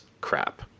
crap